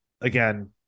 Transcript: again